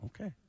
okay